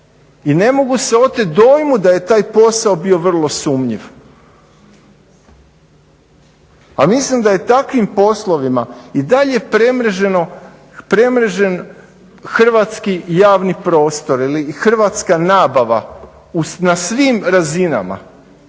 I ne mogu se otet dojmu da je taj posao bio vrlo sumnjiv. A mislim da je takvim poslovima i dalje premreženo, premrežen hrvatski javni prostor ili hrvatska nabava na svim razinama,